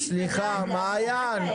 סליחה, מעיין.